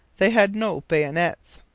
they had no bayonets.